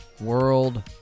world